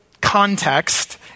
context